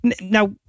Now